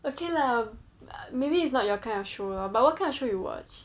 okay lah maybe it's not your kind of show lor but what kind of show you watch